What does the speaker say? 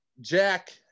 Jack